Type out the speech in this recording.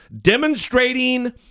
demonstrating